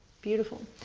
beautiful.